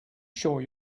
sure